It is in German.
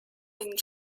den